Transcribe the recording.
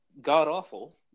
god-awful